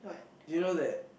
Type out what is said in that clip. you know that